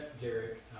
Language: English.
Derek